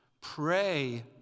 Pray